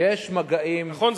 נכון?